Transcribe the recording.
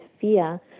fear